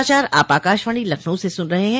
यह समाचार आप आकाशवाणी लखनऊ से सुन रहे हैं